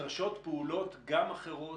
פעולות גם אחרות,